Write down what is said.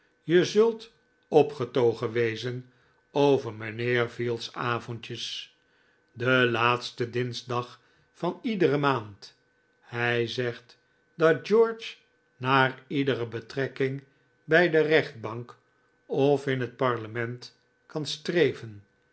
je zult opgetogen wezen over mijnheer veal's avondjes den laatsten dinsdag van iedere maand hij zegt dat george naar iedere betrekking bij de rechtbank of in het parlement kan streven